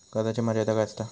कर्जाची मर्यादा काय असता?